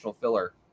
filler